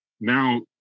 now